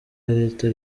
leta